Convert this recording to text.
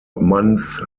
months